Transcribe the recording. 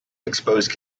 exposed